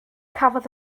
cafodd